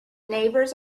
neighbors